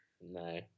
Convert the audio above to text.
No